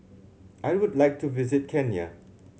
I would like to visit Kenya